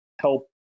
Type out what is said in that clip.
help